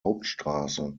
hauptstraße